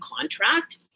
contract